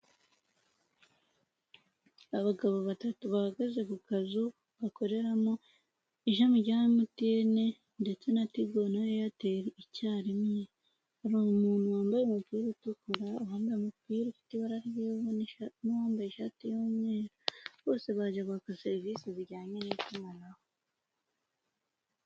Abagabo batatu bahagaze ku kazu bakoreramo, ishami rya umutiyene ndetse na tigo na eyateri icyarimwe. Hari umuntu wambaye umupira utukura, wambaye umupira ufite ibara ry'ivu n'uwambaye ishati y'umweru, bose baje kwaka serivisi zijyanye n'itumanaho.